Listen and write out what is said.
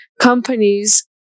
companies